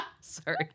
Sorry